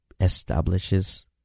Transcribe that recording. establishes